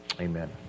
amen